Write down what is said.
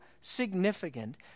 significant